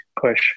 push